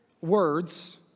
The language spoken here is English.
words